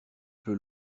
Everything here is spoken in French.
peu